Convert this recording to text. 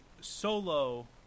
solo